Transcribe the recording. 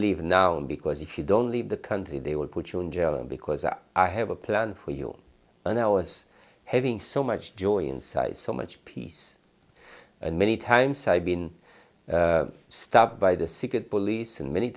leave now because if you don't leave the country they will put you in jail and because i have a plan for you and ours having so much joy and size so much peace and many times i've been stopped by the secret police and many